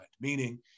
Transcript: Meaning